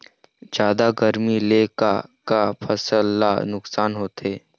जादा गरमी ले का का फसल ला नुकसान होथे?